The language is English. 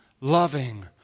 loving